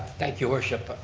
thank you worship.